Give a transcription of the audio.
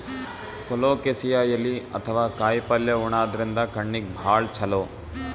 colocasia ಎಲಿ ಅಥವಾ ಕಾಯಿಪಲ್ಯ ಉಣಾದ್ರಿನ್ದ ಕಣ್ಣಿಗ್ ಭಾಳ್ ಛಲೋ